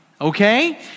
okay